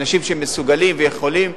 אנשים שמסוגלים ויכולים,